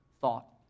thought